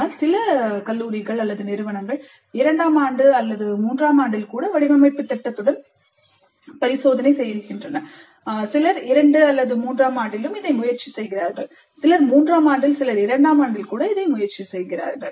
ஆனால் சில நிறுவனங்கள் இரண்டாம் ஆண்டு மற்றும் அல்லது மூன்றாம் ஆண்டில் கூட வடிவமைப்பு திட்டத்துடன் பரிசோதனை செய்கின்றன சிலர் இரண்டு மற்றும் மூன்றாம் ஆண்டுகளிலும் இதை முயற்சி செய்கிறார்கள் சிலர் மூன்றாம் ஆண்டில் சிலர் இரண்டாம் ஆண்டில் இதை முயற்சி செய்கிறார்கள்